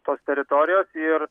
tos teritorijos ir